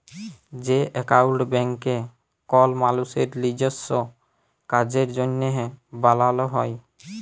যে একাউল্ট ব্যাংকে কল মালুসের লিজস্য কাজের জ্যনহে বালাল হ্যয়